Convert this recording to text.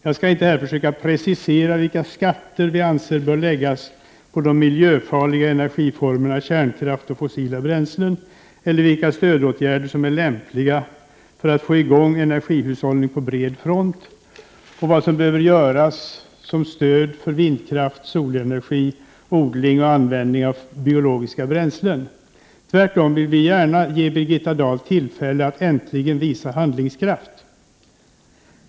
Jag skall här inte försöka precisera vilka skatter som vi anser bör läggas på de miljöfarliga energiformerna kärnkraft och fossila bränslen eller vilka stödåtgärder som är lämpliga för att få i gång energihushållning på bred front eller vad som behöver göras för att ge stöd till vindkraft, solenergi till odling och användning av biologiska bränslen. Tvärtom vill vi gärna ge Birgitta Dahl tillfälle att äntligen visa handlingskraft.